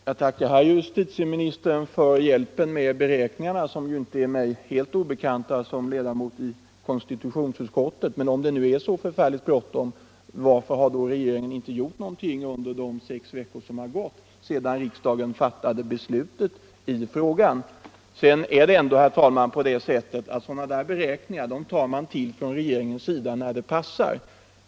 Herr talman! Jag tackar herr justitieministern för hjälpen med beräkningarna, som ju inte är helt obekanta för mig som ledamot av konstitutionsutskottet. Men om det nu är så förfärligt bråttom, varför har då regeringen inte gjort någonting under de sex veckor som har gått sedan riksdagen fattade beslutet i frågan? Sedan, herr talman, är det ändå på det sättet att sådana där beräkningar tar man till från regeringens sida när det passar.